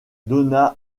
donna